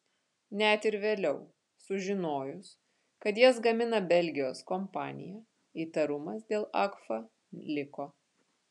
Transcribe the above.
net ir vėliau sužinojus kad jas gamina belgijos kompanija įtarumas dėl agfa liko